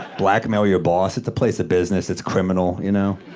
blackmail your boss it's a place of business. it's criminal, you know?